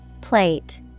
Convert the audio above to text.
Plate